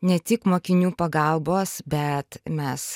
ne tik mokinių pagalbos bet mes